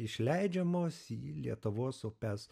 išleidžiamos į lietuvos upes